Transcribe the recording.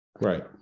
right